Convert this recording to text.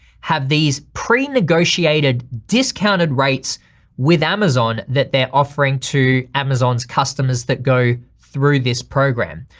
have these pre-negotiated discounted rates with amazon that they're offering to amazon's customers that go through this program.